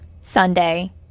Sunday